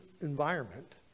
environment